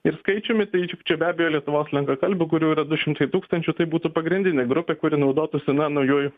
ir skaičiumi tai čia be abejo lietuvos lenkakalbių kurių yra du šimtai tūkstančių tai būtų pagrindinė grupė kuri naudotųsi na naujuoju